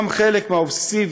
גם חלק מהאובססיה